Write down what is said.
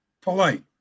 polite